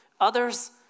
Others